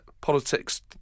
politics